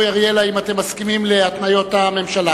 אורי אריאל, האם אתם מסכימים להתניות הממשלה?